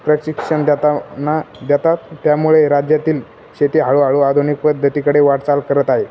प्रशिक्षण दताना देतात त्यामुळे राज्यातील शेती हळूहळू आधुनिक पद्धतीकडे वाटचाल करत आहे